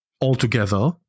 altogether